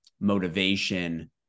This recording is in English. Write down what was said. motivation